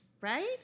right